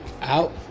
out